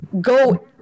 go –